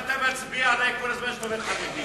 אתה מצביע עלי כל הזמן כשאתה אומר "חרדים"?